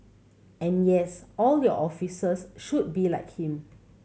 and yes all your officers should be like him